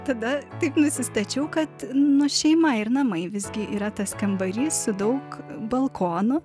tada taip nusistačiau kad nu šeima ir namai visgi yra tas kambarys daug balkonų